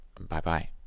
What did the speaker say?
Bye-bye